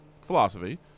philosophy